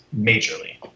majorly